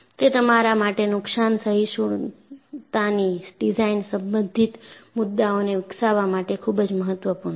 તે તમારા માટે નુકસાન સહિષ્ણુની ડિઝાઇન સંબંધિત મુદ્દાઓને વિકસાવવા માટે ખૂબ જ મહત્વપૂર્ણ છે